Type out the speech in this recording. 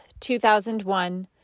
2001